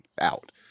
out